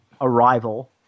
Arrival